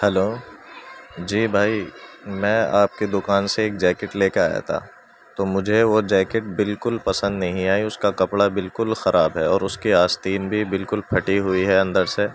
hello جی بھائی میں آپ کے دکان سے ایک جیکٹ لے کے آیا تھا تو مجھے وہ جیکٹ بالکل پسند نہیں آئی اس کا کپڑا بالکل خراب ہے اور اس کی آستین بھی بالکل پھٹی ہوئی ہے اندر سے